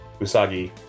Usagi